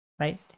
right